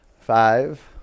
Five